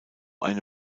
eine